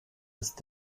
ist